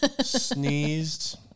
Sneezed